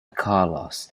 carlos